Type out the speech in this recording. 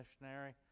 missionary